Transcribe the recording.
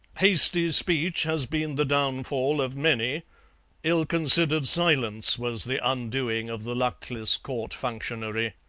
hasty speech has been the downfall of many ill-considered silence was the undoing of the luckless court functionary.